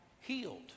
healed